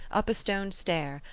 up a stone stair,